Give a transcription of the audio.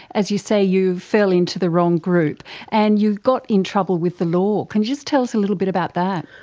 as you say, you fell into the wrong group and you got in trouble with the law. can you just tell us a little bit about that?